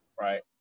right